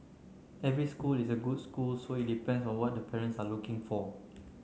every school is a good school so it depends on what the parents are looking for